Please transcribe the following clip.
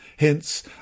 Hence